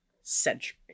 century